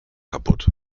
kaputt